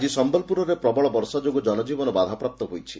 ଆଜି ସମ୍ଲପୁରରେ ପ୍ବଳ ବର୍ଷା ଯୋଗୁ ଜନଜୀବନ ବାଧାପ୍ରାପ୍ତ ହୋଇଛି